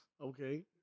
Okay